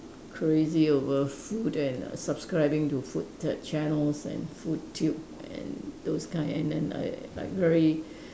crazy over food and subscribing to food t~ channels and food tube and those kind and then I like very